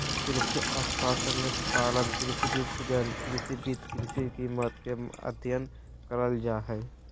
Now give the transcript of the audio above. कृषि अर्थशास्त्र में फलन, कृषि विपणन, कृषि वित्त, कृषि कीमत के अधययन करल जा हइ